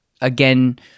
again